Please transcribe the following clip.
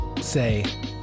say